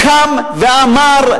קם ואמר: